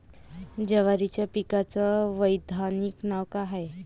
जवारीच्या पिकाचं वैधानिक नाव का हाये?